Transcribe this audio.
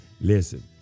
Listen